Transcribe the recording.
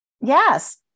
Yes